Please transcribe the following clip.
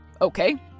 Okay